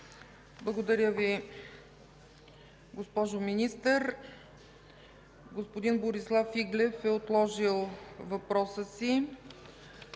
Благодаря Ви, госпожо Министър. Господин Борислав Иглев е отложил въпроса си.